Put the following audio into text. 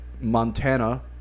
Montana